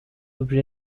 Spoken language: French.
objet